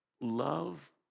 love